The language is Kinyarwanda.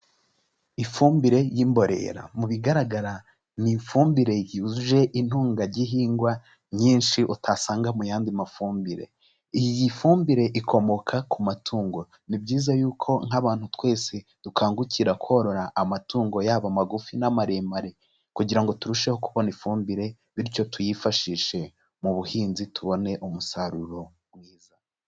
Ifumbire y'imborera, mu bigaragara ni ifumbire yujuje intungagihingwa nyinshi, utasanga mu yandi mafumbire, iyi fumbire ikomoka ku matungo, ni byiza yuko nk'abantu twese dukangukira korora amatungo, yaba amagufi n'amaremare kugira ngo turusheho kubona ifumbire, bityo tuyifashishe mu buhinzi, tubone umusaruro mwiza.